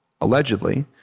allegedly